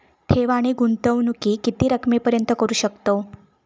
ठेव आणि गुंतवणूकी किती रकमेपर्यंत करू शकतव?